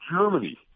Germany